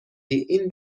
این